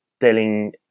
telling